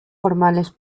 formales